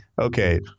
okay